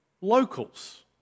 locals